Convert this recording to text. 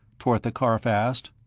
tortha karf asked.